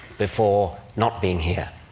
before not being here.